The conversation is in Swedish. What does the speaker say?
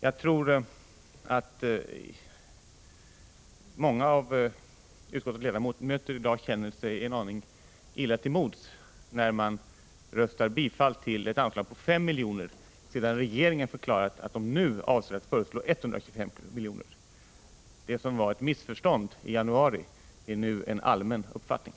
Jag tror att många av utskottets ledamöter i dag känner sig en aning illa till mods när de röstar ja till förslaget om ett anslag på 5 miljoner. Regeringen har ju nu förklarat att den avser att föreslå ett anslag på 125 miljoner. Det som beskrevs som ett missförstånd i januari — att det behövs ett kraftigt ökat anslag — är i dag en allmän uppfattning.